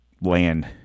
land